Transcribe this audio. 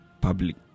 public